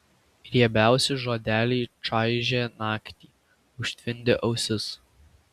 riebiausi žodeliai čaižė naktį užtvindė ausis